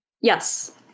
Yes